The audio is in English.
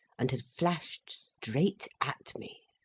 and had flashed straight at me.